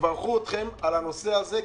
יברכו אתכם על הנושא הזה.